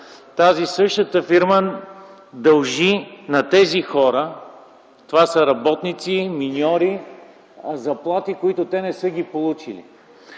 евро. Същата фирма дължи на тези хора, това са работници, миньори, заплати, които те не са получили.